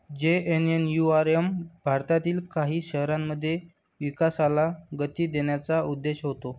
JNNURM भारतातील काही शहरांमध्ये विकासाला गती देण्याचा उद्देश होता